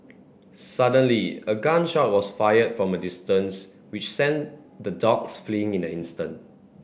suddenly a gun shot was fired from a distance which sent the dogs fleeing in an instant